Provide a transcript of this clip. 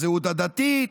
הזהות הדתית,